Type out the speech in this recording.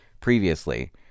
previously